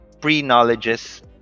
pre-knowledges